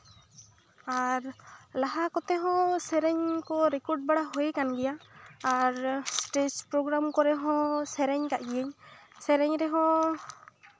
ᱟᱨ ᱞᱟᱦᱟ ᱠᱚᱛᱮ ᱦᱚᱸ ᱥᱮᱨᱮᱧ ᱠᱚ ᱨᱮᱠᱚᱨᱰ ᱵᱟᱲᱟ ᱦᱩᱭ ᱠᱟᱱ ᱜᱮᱭᱟ ᱟᱨ ᱮᱥᱴᱮᱡᱽ ᱯᱨᱚᱜᱨᱟᱢ ᱠᱚᱨᱮᱫ ᱦᱚᱸ ᱥᱮᱨᱮᱧᱟᱠᱟᱫ ᱜᱮᱭᱟᱹᱧ ᱥᱮᱨᱮᱧ ᱨᱮᱦᱚᱸ